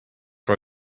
for